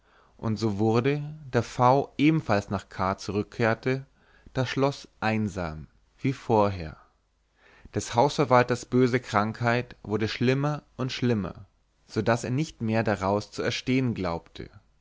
und so wurde da v ebenfalls nach k zurückkehrte das schloß einsam wie vorher des hausverwalters böse krankheit wurde schlimmer und schlimmer so daß er nicht mehr daraus zu erstehen glaubte